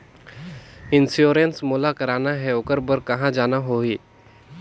Insurance मोला कराना हे ओकर बार कहा जाना होही?